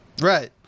Right